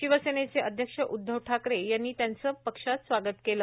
शिवसेनेचे अध्यक्ष उद्धव ठाकरे यांनी अहिर यांचं पक्षात स्वागत केलं